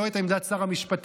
לא את עמדת שר המשפטים,